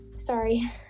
sorry